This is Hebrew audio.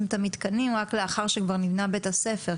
בונים מתקנים רק לאחר שנבנה בית-ספר,